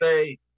say